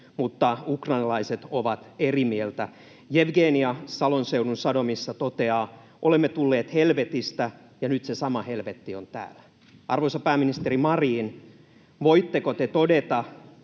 mutta ukrainalaiset ovat eri mieltä. Jevgenija Salon Seudun Sanomissa toteaa: ”Olemme tulleet helvetistä, ja nyt se sama helvetti on täällä.” Arvoisa pääministeri Marin, voitteko te todeta